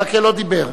ברכה לא דיבר.